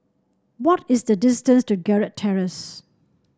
what is the distance to Gerald Terrace